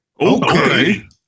Okay